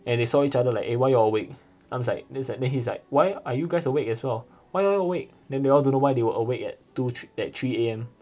and they saw each other like eh why you awake I'm just like this is like then he's like why are you guys awake why you all awake then they all don't know why they were awake at two at three A_M